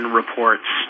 reports